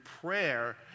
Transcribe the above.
prayer